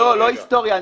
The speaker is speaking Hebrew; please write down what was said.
לא היסטוריה.